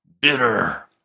bitter